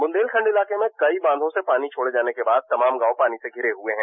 वुदेलखंड इलाके में कई बांधों से पानी छोड़े जाने के बाद तमाम गाँव पानी से धिरे हुए हैं